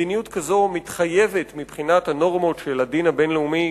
מדיניות כזו מתחייבת מבחינת הנורמות של הדין הבין-הלאומי,